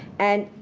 and